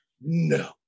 No